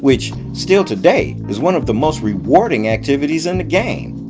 which still today is one of the most rewarding activities in the game.